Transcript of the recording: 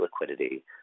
liquidity